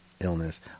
Illness